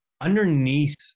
Underneath